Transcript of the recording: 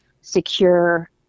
secure